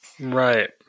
Right